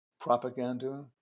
Propaganda